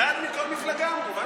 אחד מכל מפלגה, אמרו.